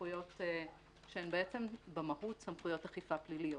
וסמכויות שהן בעצם במהות סמכויות אכיפה פליליות,